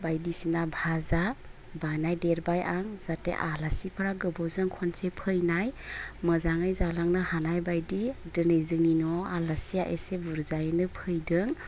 बायदिसिना भाजा बानायदेरबाय आं जाहाथे आलासिफ्रा गोबावजों खनसे फैनाय मोजाङै जालांनो हानायबायदि दिनै जोंनि न'आव आलासिया एसे बुरजायैनो फैदों